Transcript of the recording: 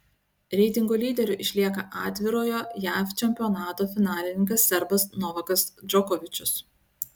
reitingo lyderiu išlieka atvirojo jav čempionato finalininkas serbas novakas džokovičius